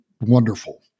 wonderful